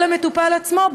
או למטופל עצמו,